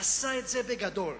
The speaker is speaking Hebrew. עשה את זה בגדול,